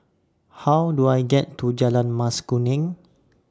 How Do I get to Jalan Mas Kuning